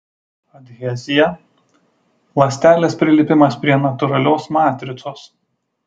adhezija ląstelės prilipimas prie natūralios matricos